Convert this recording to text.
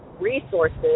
resources